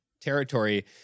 territory